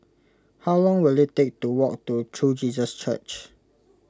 how long will it take to walk to True Jesus Church